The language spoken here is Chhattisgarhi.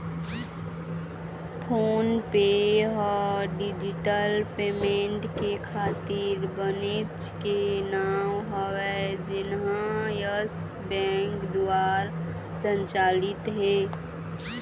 फोन पे ह डिजिटल पैमेंट के खातिर बनेच के नांव हवय जेनहा यस बेंक दुवार संचालित हे